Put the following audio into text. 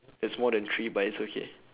there's more than three but it's okay